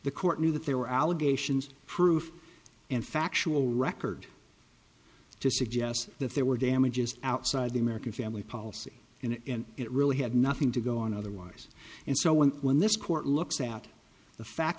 the court knew that there were allegations proof and factual record to suggest that there were damages outside the american family policy and it really had nothing to go on otherwise and so when when this court looks at the fact